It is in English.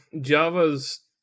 Java's